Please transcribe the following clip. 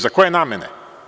Za koje namene?